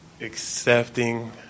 accepting